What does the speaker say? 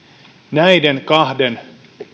näiden kahden